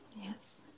Yes